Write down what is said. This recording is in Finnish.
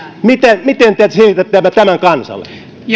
miten miten te selitätte tämän kansalle